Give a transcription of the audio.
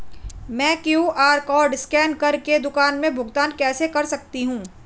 मैं QR code scan कर के दुकान में भुगतान कैसे कर सकती हूँ?